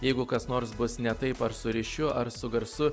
jeigu kas nors bus ne taip ar su ryšiu ar su garsu